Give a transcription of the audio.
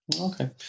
Okay